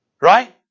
Right